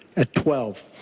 at twelve.